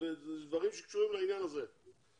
דברים שקשורים לעניין הזה.